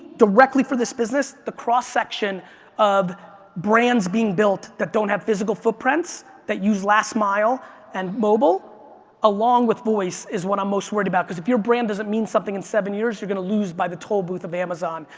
directly for this business, the cross section of brands being built that don't have physical footprints that use last mile and mobile along with voice is what i'm most worried about because if your brand doesn't mean something in seven years you're going to lose by the tollbooth of amazon,